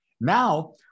Now